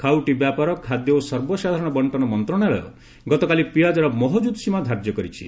ଖାଉଟି ବ୍ୟାପାର ଖାଦ୍ୟ ଓ ସର୍ବସାଧାରଣ ବଙ୍କନ ମନ୍ତ୍ରଣାଳୟ ଗତକାଲି ପିଆଜର ମହକୁଦ ସୀମା ଧାର୍ଯ୍ୟ କରିଛି